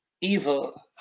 evil